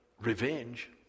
revenge